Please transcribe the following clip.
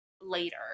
later